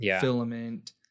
filament